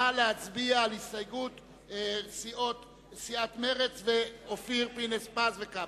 נא להצביע על הסתייגות סיעת מרצ ואופיר פינס-פז ואיתן כבל.